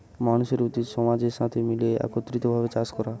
মানুষের উচিত সমাজের সাথে মিলে একত্রিত ভাবে চাষ করা